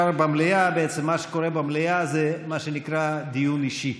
בעצם מה שקורה במליאה זה מה שנקרא דיון אישי,